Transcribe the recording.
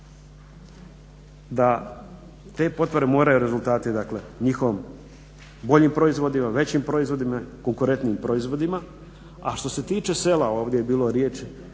da te potpore moraju rezultirati dakle njihovim boljim proizvodima, većim proizvodima, konkurentnijim proizvodima. A što se tiče sela, ovdje je bilo riječi,